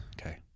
Okay